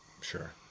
Sure